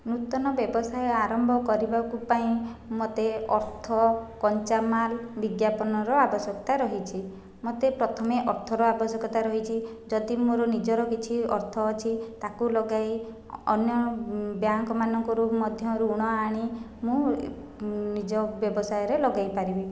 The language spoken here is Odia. ନୂତନ ବ୍ୟବସାୟ ଆରମ୍ଭ କରିବାକୁ ପାଇଁ ମୋତେ ଅର୍ଥ କଞ୍ଚାମାଲ ବିଜ୍ଞାପନର ଆବଶ୍ୟକତା ରହିଛି ମୋତେ ପ୍ରଥମେ ଅର୍ଥର ଆବଶ୍ୟକତା ରହିଛି ଯଦି ମୋ'ର ନିଜର କିଛି ଅର୍ଥ ଅଛି ତା'କୁ ଲଗାଇ ଅନ୍ୟ ବ୍ୟାଙ୍କମାନଙ୍କରୁ ମଧ୍ୟରୁ ଋଣ ଆଣି ମୁଁ ନିଜ ବ୍ୟବସାୟରେ ଲଗାଇପାରିବି